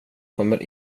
kommer